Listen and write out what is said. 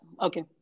okay